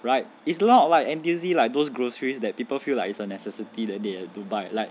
right it's not like N_T_U_C like those groceries that people feel like it's a necessity then they have to buy like